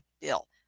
Bill